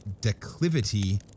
declivity